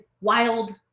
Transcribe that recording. wild